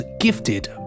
Gifted